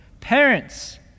parents